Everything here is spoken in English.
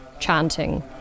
chanting